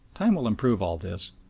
time will improve all this.